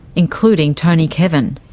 including tony kevin.